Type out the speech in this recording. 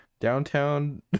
downtown